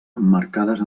emmarcades